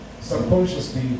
subconsciously